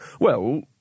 Well